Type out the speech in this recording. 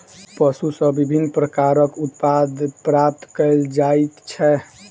पशु सॅ विभिन्न प्रकारक उत्पाद प्राप्त कयल जाइत छै